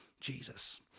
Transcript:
Jesus